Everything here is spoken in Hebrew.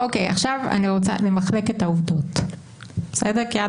עכשיו אני רוצה לתת את העובדות כי עד